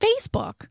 Facebook